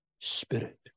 Spirit